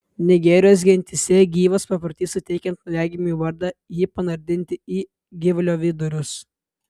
nigerijos gentyse gyvas paprotys suteikiant naujagimiui vardą jį panardinti į gyvulio vidurius